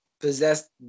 possessed